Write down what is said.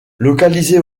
localisé